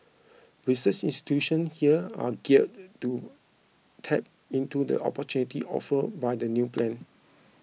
research institution here are geared to tap into the opportunity offered by the new plan